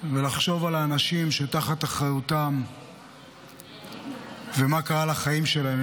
ולחשוב על האנשים שבאחריותם ומה קרה לחיים שלהם,